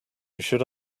should